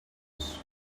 was